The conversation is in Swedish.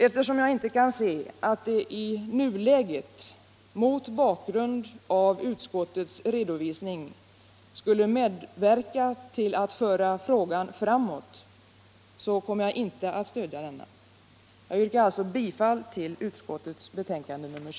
Eftersom jag inte kan se att den i nuläget mot bakgrund av utskottets redovisning skulle medverka till att föra frågan framåt kommer jag inte att stödja den. Jag yrkar alltså bifall till vad utskottet hemställt.